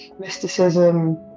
mysticism